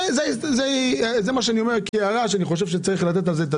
זו הערה, שיש לתת על זה את